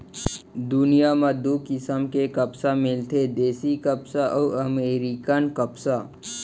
दुनियां म दू किसम के कपसा मिलथे देसी कपसा अउ अमेरिकन कपसा